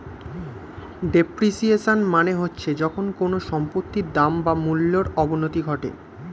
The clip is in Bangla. ডেপ্রিসিয়েশন মানে হচ্ছে যখন কোনো সম্পত্তির দাম বা মূল্যর অবনতি ঘটে